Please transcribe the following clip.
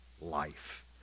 life